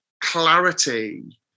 clarity